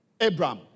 Abraham